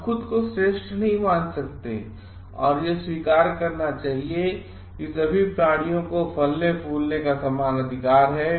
हम खुद कोश्रेष्ठनहीं मान सकते औरयह स्वीकार करना चाहिए कि सभी प्राणियों को फलने फूलने का समान अधिकार है